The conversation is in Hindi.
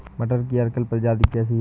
मटर की अर्किल प्रजाति कैसी है?